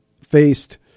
faced